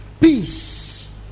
Peace